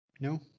No